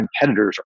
competitors